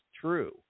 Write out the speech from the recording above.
true